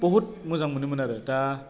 बहुद मोजां मोनोमोन आरो दा